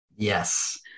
Yes